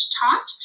taught